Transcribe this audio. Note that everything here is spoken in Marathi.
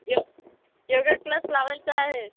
योग योगा क्लास लावायचा आहे